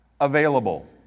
available